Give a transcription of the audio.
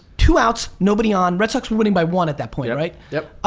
two outs nobody on, red sox we're winning by one at that point, right? yep.